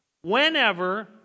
whenever